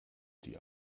die